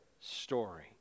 story